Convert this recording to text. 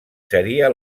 seria